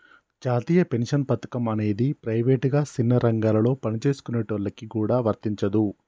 జాతీయ పెన్షన్ పథకం అనేది ప్రైవేటుగా సిన్న రంగాలలో పనిచేసుకునేటోళ్ళకి గూడా వర్తించదు